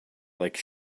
like